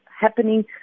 happening